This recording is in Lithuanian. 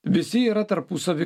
visi yra tarpusavy